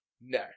No